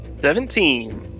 Seventeen